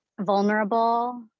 vulnerable